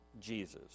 jesus